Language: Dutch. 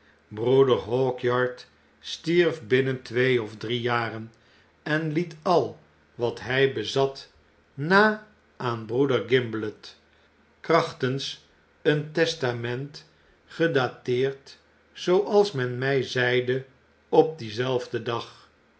broeder hawkyard stierf binnen twee of dne jaren en liet al wat hy bezat na aan broeder gimblet krachtens een testament gedateerd zooals men my zeide op dienzelfden dag